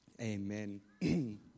amen